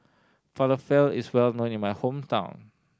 falafel is well known in my hometown